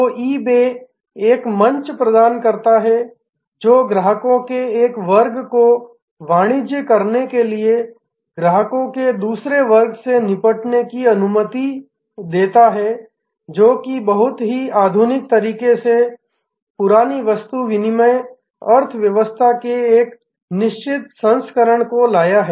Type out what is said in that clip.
तो ईबे एक मंच प्रदान करता है जो ग्राहकों के एक वर्ग को वाणिज्य करने के लिए ग्राहकों के दूसरे वर्ग से निपटने की अनुमति देता है जो कि बहुत ही आधुनिक तरीके से पुरानी वस्तु विनिमय अर्थव्यवस्था के एक निश्चित संस्करण को लाया है